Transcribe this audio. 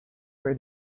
where